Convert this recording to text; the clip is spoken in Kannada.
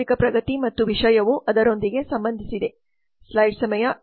ತಾಂತ್ರಿಕ ಪ್ರಗತಿ ಮತ್ತು ವಿಷಯವು ಅದರೊಂದಿಗೆ ಸಂಬಂಧಿಸಿದೆ